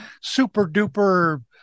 super-duper